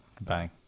Bang